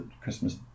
Christmas